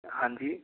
हाँ जी